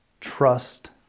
Trust